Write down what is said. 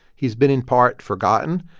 he's been, in part, forgotten.